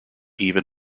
even